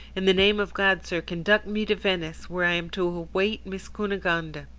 in the name of god, sir, conduct me to venice, where i am to await miss cunegonde.